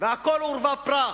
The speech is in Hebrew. והכול עורבא פרח.